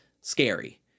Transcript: scary